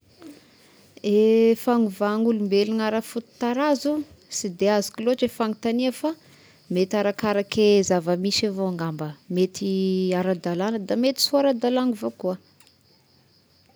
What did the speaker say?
Eh fagnovà olombelogna ara-fototarazo sy de azoko loatra fagnotania fa mety arakarake zavamisy avao ngamba, mety ara-dalagna de mety sy ara-dalana avao koa.